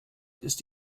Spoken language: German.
ist